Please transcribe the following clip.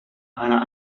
meiner